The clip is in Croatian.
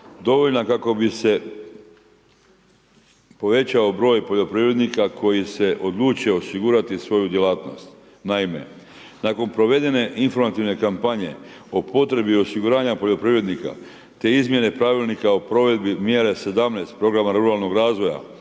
dovoljna kako bi se povećao broj poljoprivrednika koji se odluče osigurati svoju djelatnost. Naime, nakon provedene informativne kampanje o potrebi osiguranja poljoprivrednika te izmjene Pravilnika o provedbi mjere 17 programa ruralnog razvoja